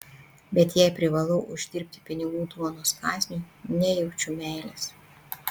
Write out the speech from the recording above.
bet jei privalau uždirbti pinigų duonos kąsniui nejaučiu meilės